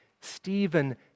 Stephen